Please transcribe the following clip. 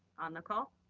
on the call.